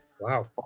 Wow